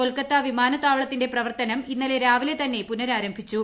കൊൽക്കത്ത വിമാനത്താവളത്തിന്റെ പ്രവർത്തനം ഇന്നലെ രാവിലെതന്നെ പുനരാരംഭിച്ചു